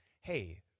hey